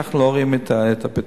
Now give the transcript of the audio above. אנחנו לא רואים את הפתרון.